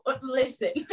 listen